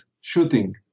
shooting